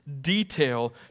detail